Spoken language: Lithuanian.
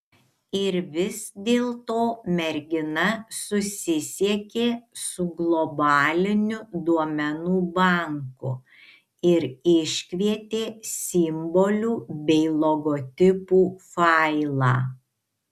ir vis dėlto mergina susisiekė su globaliniu duomenų banku ir iškvietė simbolių bei logotipų failą